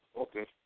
Okay